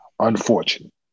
Unfortunate